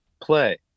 play